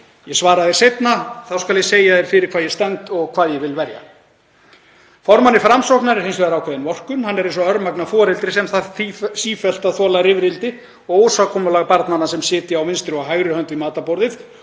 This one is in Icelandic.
Ég svara því seinna. Þá skal ég segja þér fyrir hvað ég stend og hvað ég vil verja. Formanni Framsóknar er hins vegar ákveðin vorkunn. Hann er eins og örmagna foreldri sem þarf sífellt að þola rifrildi og ósamkomulag barnanna sem sitja á vinstri og hægri hönd við matarborðið.